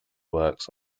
works